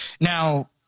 Now